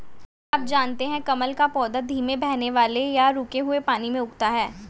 क्या आप जानते है कमल का पौधा धीमे बहने वाले या रुके हुए पानी में उगता है?